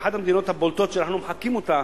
ואחת המדינות הבולטות שאנחנו מחקים אותה